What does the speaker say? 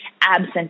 absent